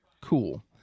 cool